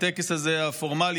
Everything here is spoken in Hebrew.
הטקס הזה הפורמלי,